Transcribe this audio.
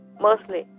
mostly